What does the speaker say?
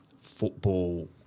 football